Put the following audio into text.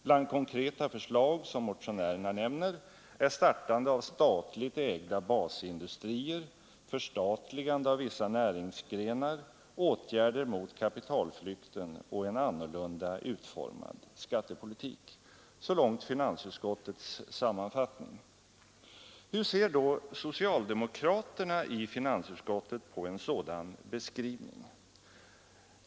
Bland konkreta förslag som motionärerna nämner är startande av statligt ägda basindustrier, förstatligande av vissa näringsgrenar, åtgärder mot kapitalflykten och en annorlunda utformad skattepolitik.” Hur ser då socialdemokraterna i finansutskottet på en sådan beskrivning?